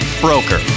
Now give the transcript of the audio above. Broker